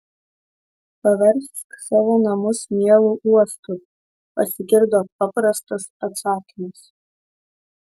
paversk savo namus mielu uostu pasigirdo paprastas atsakymas